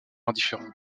indifférent